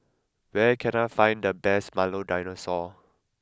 where can I find the best Milo Dinosaur